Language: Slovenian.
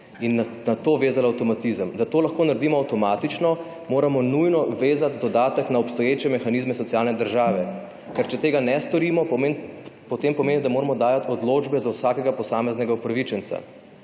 In na to vezan avtomatizem. Da to lahko naredimo avtomatično, moramo nujno vezati dodatek na obstoječe mehanizme socialne države. Ker če tega ne storimo, potem pomeni, da moramo dajati odločbe za vsakega posameznega upravičenca.